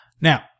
Now